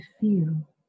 feel